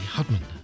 Hudman